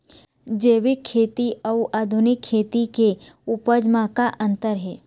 जैविक खेती अउ आधुनिक खेती के उपज म का अंतर हे?